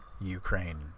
ukraine